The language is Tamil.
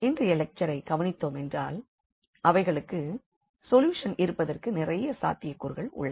இன்றைய லெக்சரைக் கவனித்தோமென்றால் அவைகளுக்கு சொல்யூஷன்ஸ் இருப்பதற்கு நிறைய சாத்தியக்கூறுகள் உள்ளன